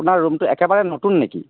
আপোনাৰ ৰুমটো একেবাৰে নতুন নেকি